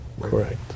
Correct